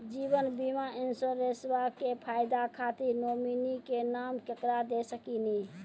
जीवन बीमा इंश्योरेंसबा के फायदा खातिर नोमिनी के नाम केकरा दे सकिनी?